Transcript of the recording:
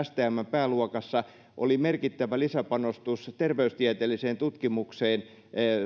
stmn pääluokassa oli merkittävä lisäpanostus terveystieteelliseen tutkimukseen